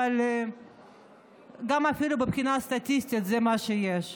אבל אפילו מבחינה סטטיסטית זה מה שיש.